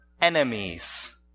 enemies